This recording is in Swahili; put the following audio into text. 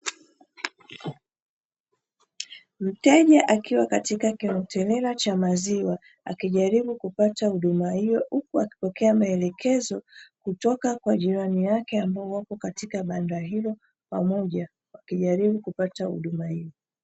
Mteja akiwa katika duka la maziwa akiwa tayari kununua maziwa akipokea maelekezo kutoka kwa jirani yake kwenye kibanda hicho namna yakupokea maziwa